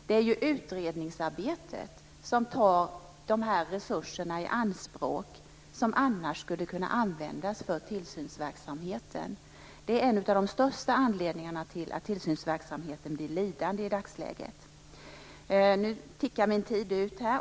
Det är ju utredningsarbetet som tar de resurser i anspråk som annars skulle kunna användas för tillsynsverksamheten. Det är en av de största anledningarna till att tillsynsverksamheten blir lidande i dagsläget.